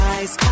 Eyes